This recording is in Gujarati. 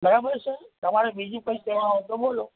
બરાબર છે તમારે બીજું કઈ કહેવાનું હોય તો બોલો